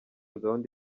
gahunda